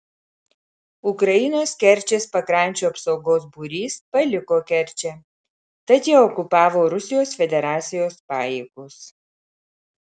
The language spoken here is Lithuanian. ukrainos kerčės pakrančių apsaugos būrys paliko kerčę tad ją okupavo rusijos federacijos pajėgos